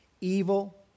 evil